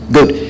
Good